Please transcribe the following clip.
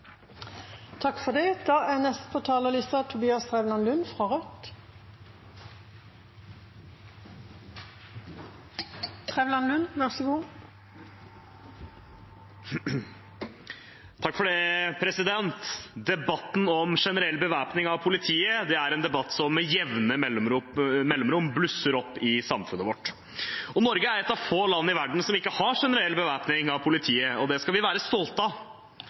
Debatten om generell bevæpning av politiet er en debatt som med jevne mellomrom blusser opp i samfunnet vårt. Norge er et av få land i verden som ikke har generell bevæpning av politiet, og det skal vi være stolte av.